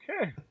Okay